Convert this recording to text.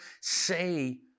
say